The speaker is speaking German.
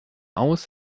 aus